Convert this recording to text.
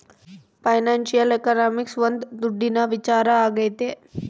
financial economics ಒಂದ್ ದುಡ್ಡಿನ ವಿಚಾರ ಆಗೈತೆ